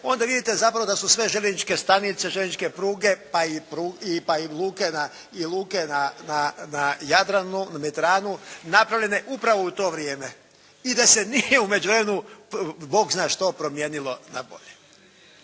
onda vidite zapravo da su sve željezničke stanice, željezničke pruge pa i luke na Jadranu, Mediteranu, napravljene upravo u to vrijeme. I da se nije u međuvremenu Bog zna što promijenilo na bolje.